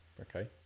okay